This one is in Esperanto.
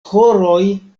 horoj